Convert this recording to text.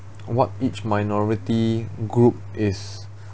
what each minority group is